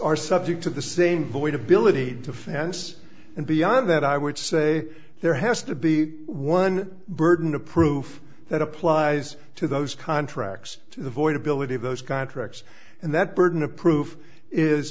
are subject to the same void ability to finance and beyond that i would say there has to be one burden of proof that applies to those contracts to avoid ability of those contracts and that burden of proof is